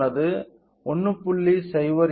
08 K 120 x 9